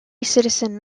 citizen